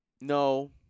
No